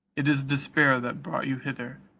it is despair that brought you hither,